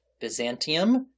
Byzantium